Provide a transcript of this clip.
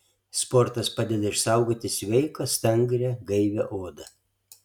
sportas padeda išsaugoti sveiką stangrią gaivią odą